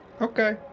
Okay